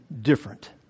different